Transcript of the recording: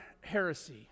heresy